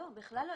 לא, בכלל לא.